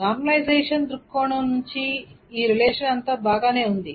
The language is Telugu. నార్మలైజేషన్ దృక్కోణం నుండి ఈ రిలేషన్ అంతా బాగానే ఉంది